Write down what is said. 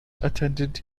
attended